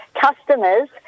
customers